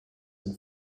and